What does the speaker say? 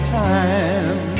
time